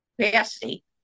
capacity